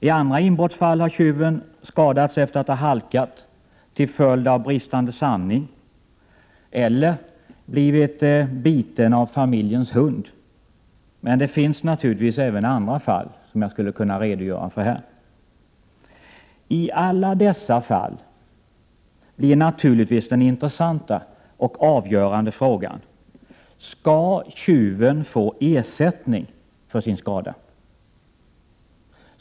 I andra inbrottsfall har tjuven skadats efter att ha halkat till följd av bristande sandning eller också har tjuven blivit biten av familjens hund. Men det finns naturligtvis även andra fall som jag skulle kunna redogöra för. Talla dessa fall blir naturligtvis den intressanta och avgörande frågan: Skall tjuven få ersättning för sin skada?